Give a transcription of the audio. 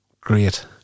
Great